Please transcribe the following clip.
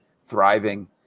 thriving